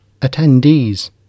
Attendees